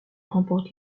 remporte